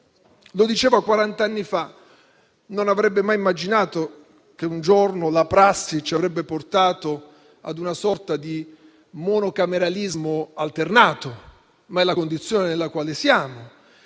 Lo diceva quarant'anni fa: non avrebbe mai immaginato che un giorno la prassi ci avrebbe portato ad una sorta di monocameralismo alternato, ma è la condizione nella quale siamo.